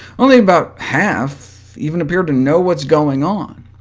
only about half even appear to know what's going on.